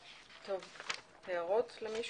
יש הערות למישהו?